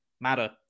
matter